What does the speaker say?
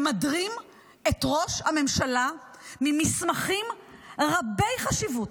ממדרים את ראש הממשלה ממסמכים רבי-חשיבות.